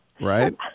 Right